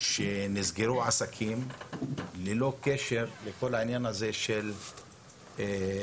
שנסגרו עסקים ללא קשר לכל העניין הזה של פשיעה,